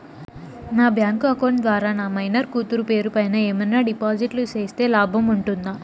నా bank account ద్వారా నా మైనర్ కూతురు పేరు పైన ఏమన్నా డిపాజిట్లు సేస్తే లాభం ఉంటుందా?